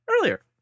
earlier